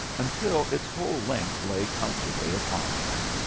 until its whole length lay comfortably upon him.